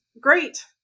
great